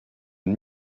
une